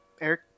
Eric